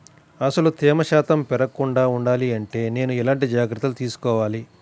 అసలు తేమ శాతం పెరగకుండా వుండాలి అంటే నేను ఎలాంటి జాగ్రత్తలు తీసుకోవాలి?